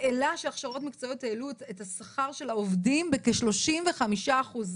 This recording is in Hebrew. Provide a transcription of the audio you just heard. העלה שהכשרות מקצועיות העלו את השכר של העובדים בכ-35 אחוזים.